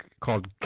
called